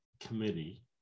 Committee